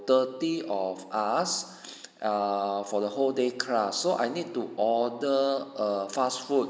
thirty of us err for the whole day class so I need to order err fast food